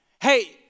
Hey